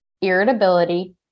irritability